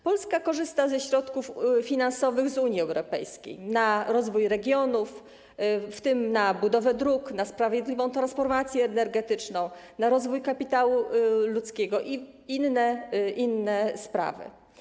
Polska korzysta ze środków finansowych z Unii Europejskiej na rozwój regionów, w tym na budowę dróg, na sprawiedliwą transformację energetyczną, na rozwój kapitału ludzkiego i inne sprawy.